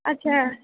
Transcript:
अच्छा